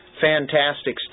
fantastic